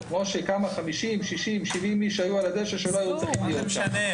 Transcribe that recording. משה, היו 50, 60, 70 איש שלא היו צריכים להיות שם?